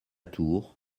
tour